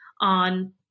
on